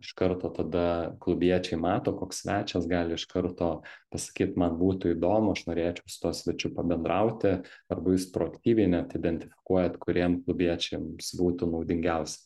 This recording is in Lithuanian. iš karto tada klubiečiai mato koks svečias gali iš karto pasakyt man būtų įdomu aš norėčiau su tuo svečiu pabendrauti arba jūs proaktyviai net identifikuojat kuriem klubiečiams būtų naudingiausia